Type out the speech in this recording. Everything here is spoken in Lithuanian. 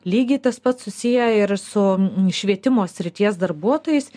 lygiai tas pats susiję ir su švietimo srities darbuotojais